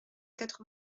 quatre